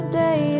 day